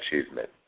achievement